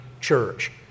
church